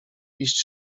iść